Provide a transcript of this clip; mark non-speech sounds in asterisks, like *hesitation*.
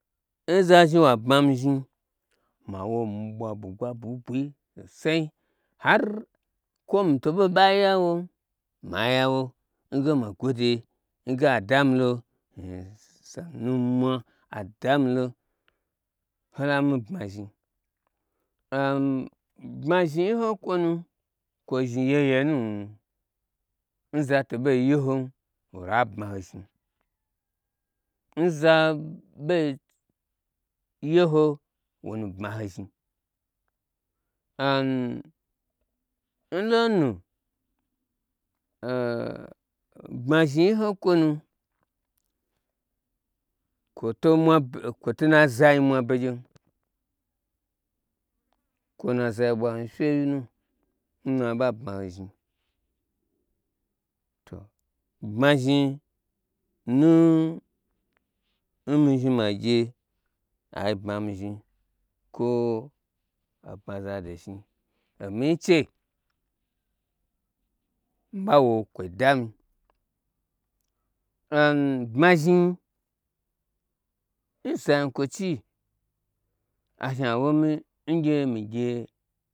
Nza zhni wa bma mi zhni mawo mii bwa bwugba bwui bwui so sain har kwo mi to ɓo ɓa yawon mayawo nge ma gwode nge adamilo nsonu mwa adamilo hola mi bma zhni *hesitation* bma zhnii ho n kwonu kwo zhni yeye nuu u n za to ɓei yehom wota bma ho zhin nza ɓei yeho wonu bma ho zhni *hesitation* nlonu a bma zhni yi ho nkwonu kwoto mua be kwoto n na zai mwa begyem kwona zai bwa hnu, fyewyi nu n ɓaɓa bma ho zhni to bma zhni nu nmi zhni ma gye ai bmami zhni kwo abmaza do zhni omii che mi ɓa wo kwoi dami am bma zhni n zanyi kwochi a zhni awo mi ngye migye